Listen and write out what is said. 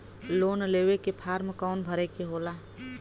Loan लेवे के form कौन भरे के होला?